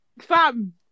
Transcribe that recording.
Fam